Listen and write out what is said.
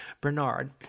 Bernard